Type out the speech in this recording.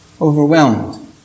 Overwhelmed